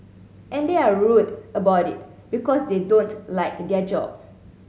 and they're rude about it because they don't like their job